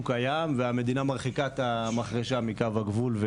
קיים והמדינה מרחיקה את המחרשה מקו הגבול,